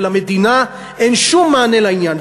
ולמדינה אין שום מענה לעניין.